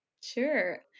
Sure